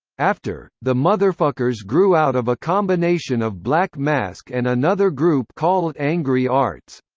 after, the motherfuckers grew out of a combination of black mask and another group called angry arts.